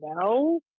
no